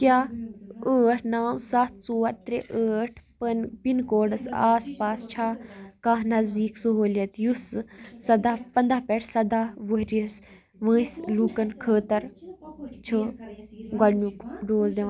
کیٛاہ ٲٹھ نو ستھ ژور ترٛےٚ ٲٹھ پَن پِن کوڈس آس پاس چھا کانٛہہ نزدیٖک سہوٗلیت یُس سداہ پنٛداہ پٮ۪ٹھ سداہ وُہُرِس وٲنٛسہِ لوٗکَن خٲطر چھُ گۄڈنیُک ڈوز دِوان